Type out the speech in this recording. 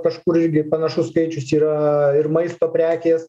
kažkur irgi panašus skaičius yra ir maisto prekės